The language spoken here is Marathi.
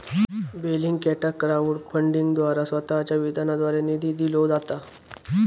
बेलिंगकॅटाक क्राउड फंडिंगद्वारा स्वतःच्या विधानाद्वारे निधी दिलो जाता